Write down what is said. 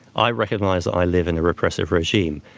i recognize that i live in a repressive regime,